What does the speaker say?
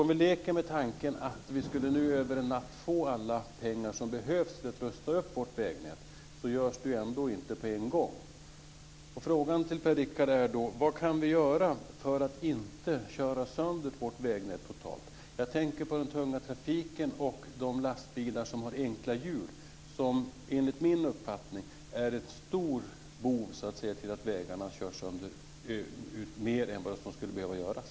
Om vi leker med tanken att vi över en natt skulle få alla pengar som behövs för att rusta upp vårt vägnät så görs det ändå inte på en gång. Frågan till Per Richard är då: Vad kan vi göra för att inte totalt köra sönder vårt vägnät? Jag tänker på den tunga trafiken och de lastbilar som har enkla hjul, som enligt min uppfattning är en stor bov när det gäller att vägarna körs sönder mer än vad som skulle behövas.